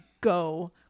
go